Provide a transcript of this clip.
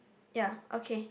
ya okay